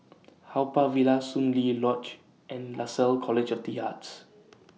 Haw Par Villa Soon Lee Lodge and Lasalle College of The Arts